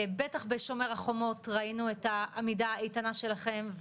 בטח בשומא החומות ראינו את העמידה האיתנה שלכם,